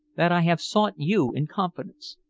that i have sought you in confidence.